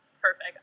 Perfect